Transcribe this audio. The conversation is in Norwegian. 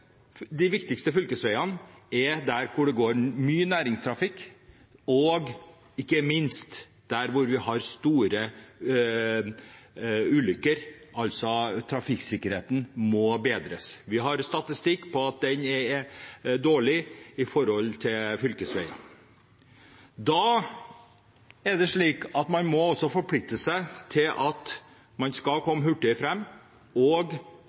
at de viktigste fylkesveiene å vedlikeholde er der det går mye næringstrafikk, og ikke minst der vi har store ulykker. Trafikksikkerheten må bedres, og vi har statistikk på at den er dårlig på fylkesveiene. Man må også forplikte seg til at man skal komme hurtigere fram, man skal kanskje øke tonnasjen noe på disse veiene, og